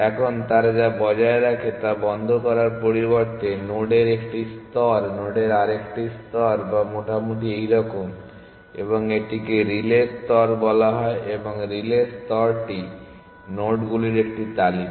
এখন তারা যা বজায় রাখে তা বন্ধ করার পরিবর্তে নোডের একটি স্তর নোডের আরেকটি স্তর যা মোটামুটি এইরকম এবং এটিকে রিলে স্তর বলা হয় এবং রিলে স্তরটি নোডগুলির একটি তালিকা